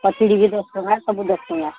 କଚୋଡ଼ି ବି ଦଶ ଟଙ୍କା ସବୁ ଦଶ ଟଙ୍କା